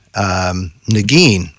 Nagin